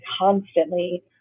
constantly